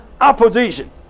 opposition